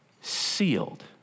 sealed